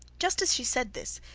just as she said this,